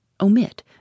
Omit